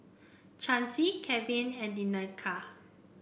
Chancy Keven and Danica